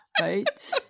Right